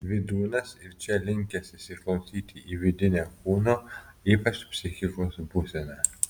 vydūnas ir čia linkęs įsiklausyti į vidinę kūno ypač psichikos būseną